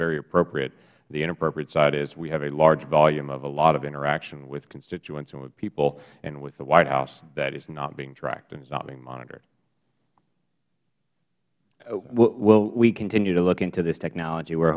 very appropriate the inappropriate side is we have a large volume of a lot of interaction with constituents and with people and with the white house that is not being tracked and is not being monitored mister colangelo we continue to look into this technology we